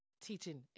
teaching